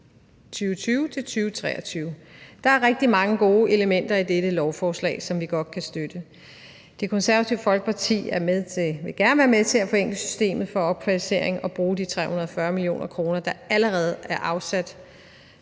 der er rigtig mange gode elementer i dette lovforslag, som vi godt kan støtte. Det Konservative Folkeparti vil gerne være med til at forenkle systemet for opkvalificering og bruge de 340 mio. kr., der allerede er sat